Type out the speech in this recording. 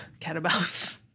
kettlebells